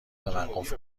توقف